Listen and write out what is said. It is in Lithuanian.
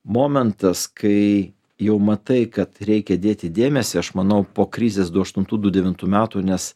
momentas kai jau matai kad reikia dėti dėmesį aš manau po krizės du aštuntų du devintų metų nes